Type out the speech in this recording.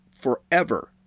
forever